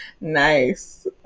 Nice